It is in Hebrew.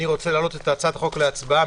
אני רוצה להעלות את הצעת החוק להצבעה.